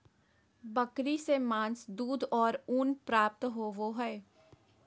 बकरी से मांस, दूध और ऊन प्राप्त होबय हइ